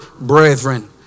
brethren